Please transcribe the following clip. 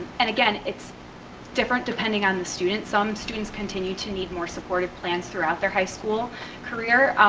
and again, it's different depending on the student, some students continue to need more supportive plans throughout their high school career.